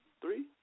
three